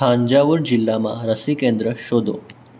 થાન્જાવુર જિલ્લામાં રસી કેન્દ્ર શોધો